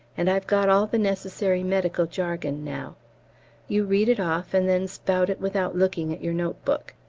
and i've got all the necessary medical jargon now you read it off, and then spout it without looking at your note-book.